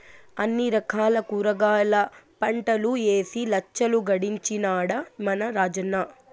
అన్ని రకాల కూరగాయల పంటలూ ఏసి లచ్చలు గడించినాడ మన రాజన్న